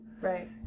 right